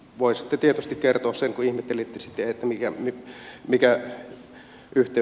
voisitte tietysti kertoa sen kun ihmettelitte mikä yhteys tällä on